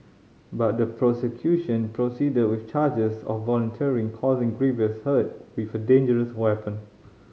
but the prosecution proceeded with charges of voluntarily causing grievous hurt with a dangerous weapon